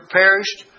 perished